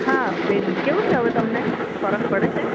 હા બેન કેવું છે હવે તમને ફરક પડે છે